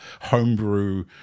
homebrew